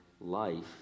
life